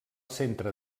centre